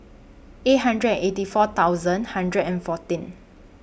eight hundred and eighty four thousand hundred and fourteen